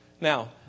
Now